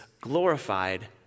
glorified